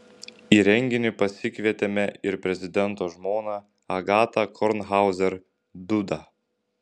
į renginį pasikvietėme ir prezidento žmoną agatą kornhauzer dudą